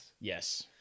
Yes